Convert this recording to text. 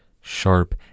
Sharp